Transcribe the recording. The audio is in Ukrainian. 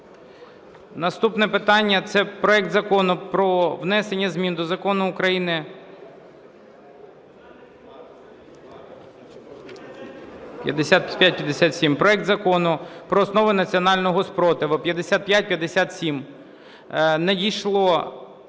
Наступне питання – це проект Закону про внесення змін до Закону України… 5557. Проект Закону про основи національного спротиву (5557).